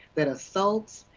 that assaults,